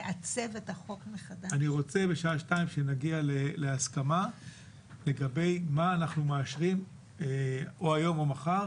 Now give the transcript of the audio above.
אני רוצה שבשעה 14:00 נגיע להסכמה לגבי מה אנחנו מאשרים או היום או מחר